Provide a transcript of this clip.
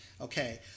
Okay